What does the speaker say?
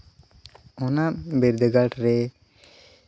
ᱚᱱᱟ ᱵᱤᱨᱫᱟᱹᱜᱟᱲ ᱨᱮ